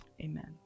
amen